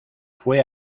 fue